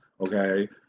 okay